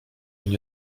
nie